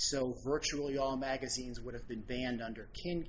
so virtually all magazines would have been banned under